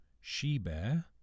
she-bear